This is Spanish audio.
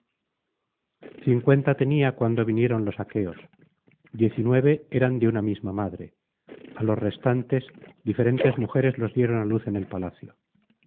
cincuenta tenía cuando vinieron los aqueos diez y nueve eran de una misma madre á los restantes diferentes mujeres los dieron á luz en el palacio